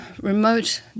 remote